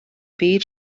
byd